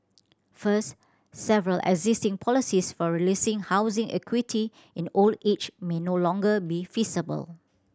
first several existing policies for releasing housing equity in old age may no longer be feasible